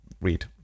read